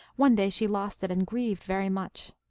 one day she lost it, and grieved very much.